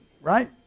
right